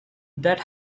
that